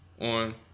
on